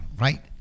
right